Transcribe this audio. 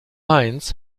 heinz